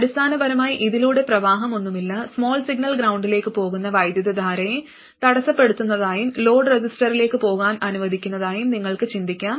അടിസ്ഥാനപരമായി ഇതിലൂടെ പ്രവാഹമൊന്നുമില്ല സ്മാൾ സിഗ്നൽ ഗ്രൌണ്ടിലേക്ക് പോകുന്ന വൈദ്യുതധാരയെ തടസ്സപ്പെടുത്തുന്നതായും ലോഡ് റെസിസ്റ്ററിലേക്ക് പോകാൻ അനുവദിക്കുന്നതായും നിങ്ങൾക്ക് ചിന്തിക്കാം